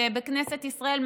בכנסת ישראל,